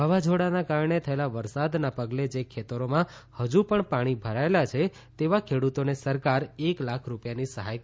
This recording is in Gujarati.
વાવાઝોડાના કારણે થયેલા વરસાદના પગલે જે ખેતરોમાં હજુ પણ પાણી ભરાયેલા છે તેવા ખેડૂતોને સરકાર એક લાખ રૂપિયાની સહાય કરશે